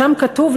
שם כתוב,